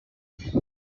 mbere